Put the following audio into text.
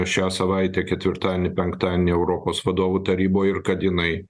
šią savaitę ketvirtadienį penktadienį europos vadovų taryboj ir kad jinai